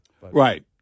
Right